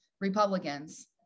Republicans